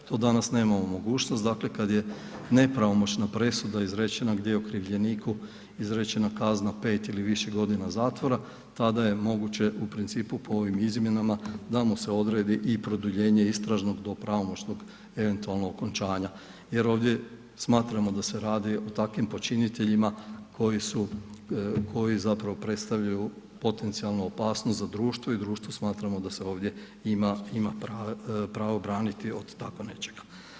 To danas nemamo mogućnost, dakle kada je nepravomoćna presuda izrečena gdje je okrivljeniku izrečena kazna pet ili više godina zatvora, tada je moguće u principu po ovim izmjenama da mu se odredi i produljenje istražnog do pravomoćnog eventualno okončanja jer ovdje smatramo da se radi o takvim počiniteljima koji predstavljaju potencijalnu opasnost za društvo i društvu smatramo da se ovdje ima pravo braniti od tako nečega.